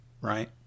Right